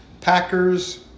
Packers